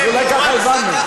אז אולי ככה הבנו.